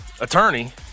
attorney